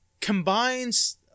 combines